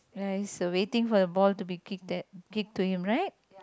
ya he's waiting for the ball to be kicked at kicked to him right